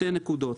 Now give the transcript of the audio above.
2 נקודות.